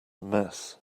mess